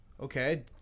Okay